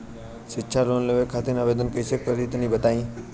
शिक्षा लोन लेवे खातिर आवेदन कइसे करि तनि बताई?